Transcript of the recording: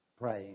praying